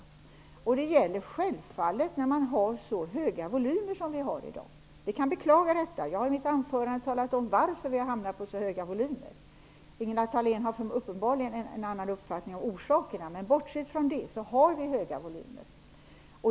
Det gäller självfallet när man har så höga volymer som vi har i dag. Vi kan beklaga detta. Jag förklarade i mitt anförande varför vi har hamnat på så höga volymer. Ingela Thalén har uppenbarligen en annan uppfattning om orsakerna, men bortsett från det har vi höga volymer.